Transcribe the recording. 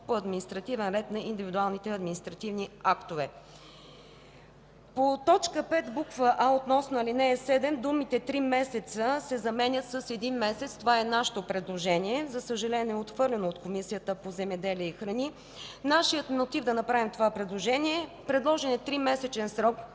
по административен ред на индивидуалните административни актове. По т. 5, буква „а” относно ал. 7 думите „три месеца” се заменят с „един месец”. Това е нашето предложение, за съжаление отхвърлено от Комисията по земеделието и храните. Нашият мотив да направим това предложение: предложеният тримесечен срок